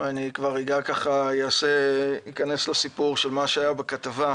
ואני אכנס לסיפור של מה שהיה בכתבה.